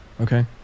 Okay